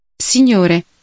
Signore